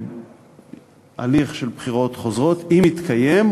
בהליך של בחירות חוזרות, אם יתקיים,